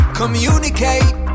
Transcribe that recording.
communicate